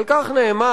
על כך נאמר: